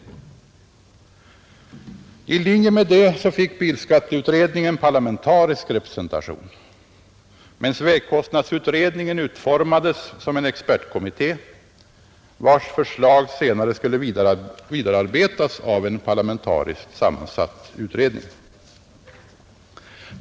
I linje med detta fick bilskatteutredningen parlamentarisk representation, medan vägkostnadsutredningen utformades som en expertkommitté, vars förslag senare skulle vidarebearbetas av en parlamentariskt sammansatt utredning.